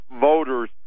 voters